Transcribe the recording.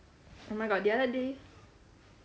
oh my god the other day